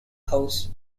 house